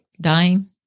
Dying